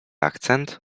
akcent